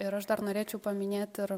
ir aš dar norėčiau paminėt ir